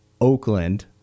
Oakland